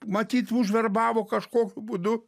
matyt užverbavo kažkokiu būdu